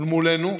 ומולנו,